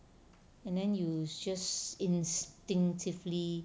and then you just instinctively